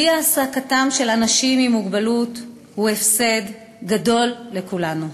אי-העסקתם של אנשים עם מוגבלות היא הפסד גדול לכולנו: